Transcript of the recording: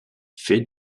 fait